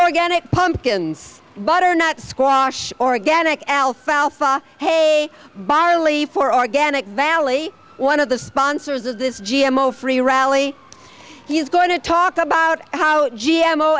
organic pumpkins butternut squash organic alfalfa hay barley for organic valley one of the sponsors of this g m o free rally he's going to talk about how g m o